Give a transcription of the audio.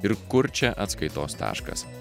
ir kur čia atskaitos taškas